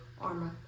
armor